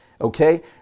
okay